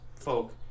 folk